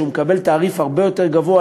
שהוא מקבל תעריף הרבה יותר גבוה,